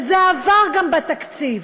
וזה עבר גם בתקציב.